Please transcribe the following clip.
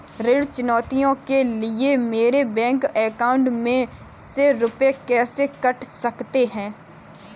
ऋण चुकौती के लिए मेरे बैंक अकाउंट में से रुपए कैसे कट सकते हैं?